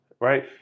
right